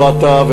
לא אתה,